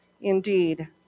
Indeed